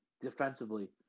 defensively